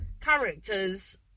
characters